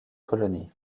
colonie